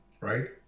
right